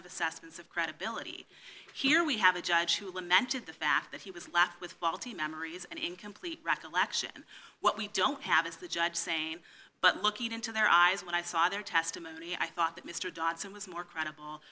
assessments of credibility here we have a judge who lament to the fact that he was left with faulty memories and incomplete recollection what we don't have is the judge saying but looking into their eyes when i saw their testimony i thought that mr dotson was more credible